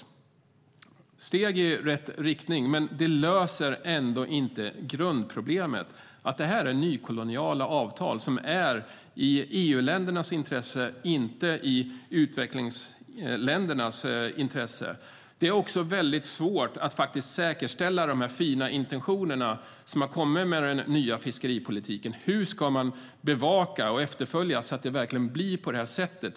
Det är steg i rätt riktning, men det löser inte grundproblemet att det här är nykoloniala avtal som värnar EU-ländernas intressen och inte utvecklingsländernas intressen. Det är också svårt att säkerställa de fina intentioner som har kommit med den nya fiskeripolitiken. Hur ska man bevaka och följa upp att det verkligen blir så här?